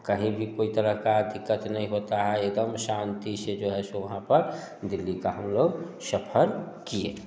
कहीं भी कोई तरह का दिक्कत नहीं होता है एकदम शांति से जो है सो वहाँ पर दिल्ली का हम लोग सफर किए